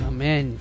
Amen